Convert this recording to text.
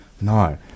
No